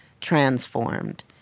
transformed